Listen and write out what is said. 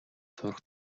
сурах